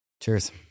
cheers